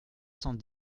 cent